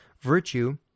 Virtue